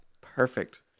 Perfect